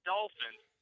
Dolphins